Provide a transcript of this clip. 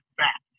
back